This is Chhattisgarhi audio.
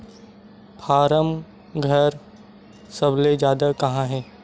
फारम घर सबले जादा कहां हे